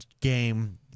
game